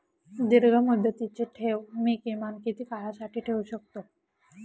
दीर्घमुदतीचे ठेव मी किमान किती काळासाठी ठेवू शकतो?